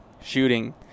shooting